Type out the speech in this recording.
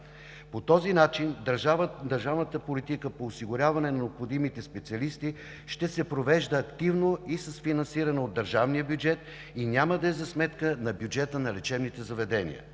По този начин държавната политика по осигуряване на необходимите специалисти ще се провежда активно и с финансиране от държавния бюджет, и няма да е за сметка на бюджета на лечебните заведения.